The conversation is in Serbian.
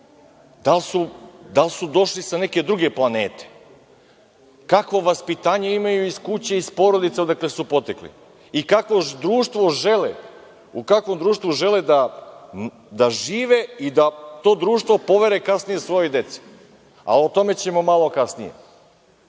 da li su došli sa neke druge planete? Kakvo vaspitanje imaju iz kuće, iz porodice odakle su potekli i u kakvom društvu žele da žive i da to društvo povere kasnije svojoj deci, o tome ćemo malo kasnije. Znači,